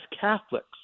catholics